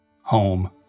Home